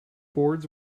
boards